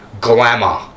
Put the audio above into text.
glamour